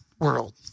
world